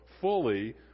fully